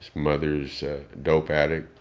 mother's a dope addict.